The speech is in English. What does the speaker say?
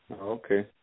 Okay